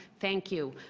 thank you.